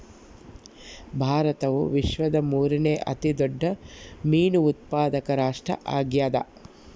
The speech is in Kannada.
ಭಾರತವು ವಿಶ್ವದ ಮೂರನೇ ಅತಿ ದೊಡ್ಡ ಮೇನು ಉತ್ಪಾದಕ ರಾಷ್ಟ್ರ ಆಗ್ಯದ